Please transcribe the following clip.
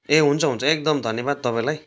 ए हुन्छ हुन्छ एकदम धन्यवाद तपाईँलाई